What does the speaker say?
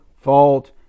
fault